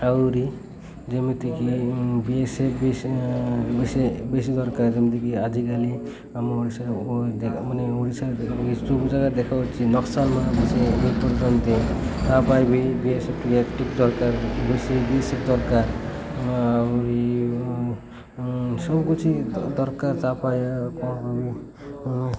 ଆହୁରି ଯେମିତିକି ବିଏସଏଫ୍ ବି ବେଶି ଦରକାର ଯେମିତିକି ଆଜିକାଲି ଆମ ଓଡ଼ିଶାରେ ମାନେ ଓଡ଼ିଶାରେ ସବୁ ଜାଗା ଦେଖାଯାଉଛି ନକ୍ସଲ ମାନେ ବେଶି ଇଏ କରିଛନ୍ତି ତା ପାଇଁ ବି ବିଏସ୍ଏଫ୍ ଟିକେ ଆକ୍ଟିଭ୍ ଦରକାର ବିଏସ୍ଏଫ୍ ବେଶୀ ଦରକାର ଆହୁରି ସବୁକିଛି ଦରକାର ତା ପାଇଁ ଆଉ କ'ଣ